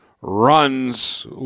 runs